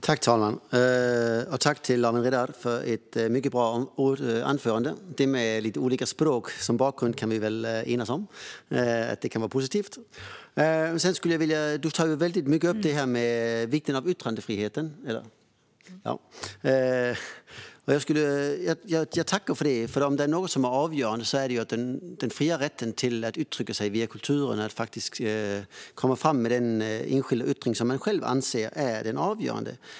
Fru talman! Jag tackar Lawen Redar för ett mycket bra anförande. Vi kan väl enas om att det kan vara positivt att ha olika språk i sin bakgrund. Lawen Redar tar upp vikten av yttrandefrihet. Jag tackar för det, för är det något som är avgörande är det ju den fria rätten att uttrycka sig via kultur och faktiskt komma fram med den enskilda yttring människor själva anser är avgörande.